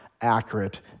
accurate